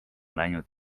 läinud